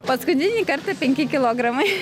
paskutinį kartą penki kilogramai